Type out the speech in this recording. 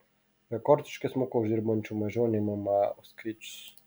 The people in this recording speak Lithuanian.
rekordiškai smuko uždirbančių mažiau nei mma skaičius